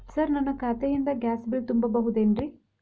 Sir ನನ್ನ ಖಾತೆಯಿಂದ gas bill ತುಂಬಹುದೇನ್ರಿ?